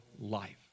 life